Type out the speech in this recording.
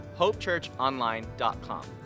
HopeChurchOnline.com